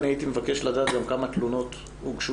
הייתי מבקש לדעת גם כמה תלונות הוגשו